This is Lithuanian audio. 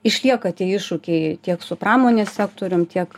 išlieka tie iššūkiai tiek su pramonės sektorium tiek